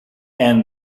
and